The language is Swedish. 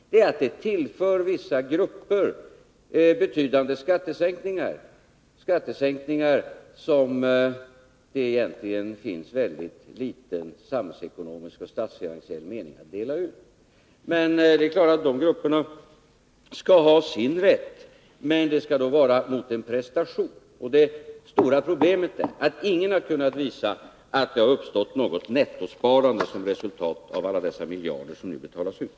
Det är att detta sparande innebär att vissa grupper får betydande skattesänkningar, skattesänkningar som det samhällsekonomiskt och statsfinansiellt egentligen är väldigt liten mening med att dela ut. Det är klart att de grupperna skall ha sin rätt, men det skall då vara mot en prestation. Det stora problemet är att ingen har kunnat visa att det har uppstått något nettosparande som ett resultat av alla de miljarder som nu betalas ut.